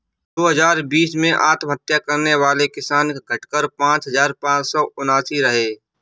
दो हजार बीस में आत्महत्या करने वाले किसान, घटकर पांच हजार पांच सौ उनासी रहे